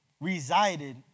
resided